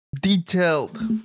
detailed